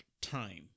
time